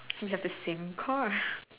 it has the same car